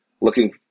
Looking